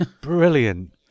Brilliant